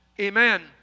Amen